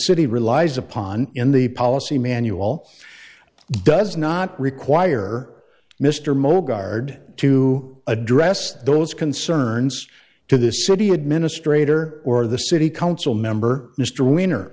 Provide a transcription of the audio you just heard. city relies upon in the policy manual does not require mr mo guard to address those concerns to the city administrator or the city council member mr winner